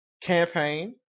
campaign